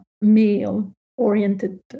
male-oriented